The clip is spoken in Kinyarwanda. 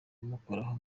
kumukoraho